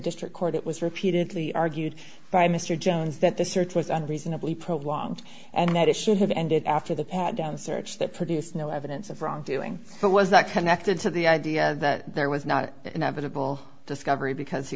district court it was repeatedly argued by mr jones that the search was unreasonably prolonged and that it should have ended after the pat down search that produced no evidence of wrongdoing but was that connected to the idea that there was not inevitable discovery because he